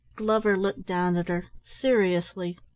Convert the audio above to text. glover looked down at her seriously,